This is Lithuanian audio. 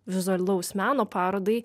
vizualaus meno parodai